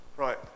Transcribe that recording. Right